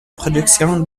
production